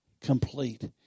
complete